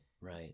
right